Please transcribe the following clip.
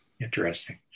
Interesting